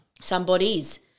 Somebody's